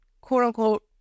quote-unquote